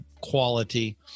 quality